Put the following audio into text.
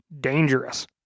dangerous